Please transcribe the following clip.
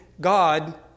God